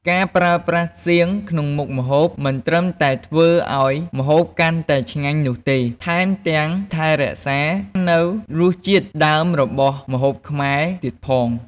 ការប្រើប្រាស់សៀងក្នុងមុខម្ហូប មិនត្រឹមតែធ្វើឱ្យម្ហូបកាន់តែឆ្ងាញ់នោះទេ ថែមទាំងថែរក្សានូវរសជាតិដើមរបស់ម្ហូបខ្មែរទៀតផង។